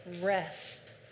rest